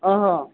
ଓହୋ